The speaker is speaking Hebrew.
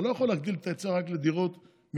אתה לא יכול להגדיל את ההיצע רק לדירות מינהל,